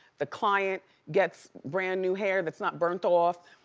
the client gets brand new hair that's not burnt off,